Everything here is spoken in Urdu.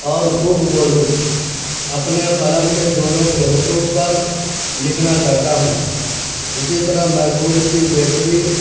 اور خوب بولوں اپنے قلم سے دونوں کے حقوق پر لکھنا چاہتا ہوں اسی طرح میں خود کی بہتری